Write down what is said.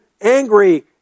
angry